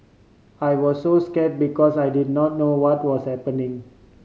I was so scare because I did not know what was happening